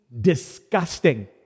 disgusting